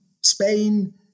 Spain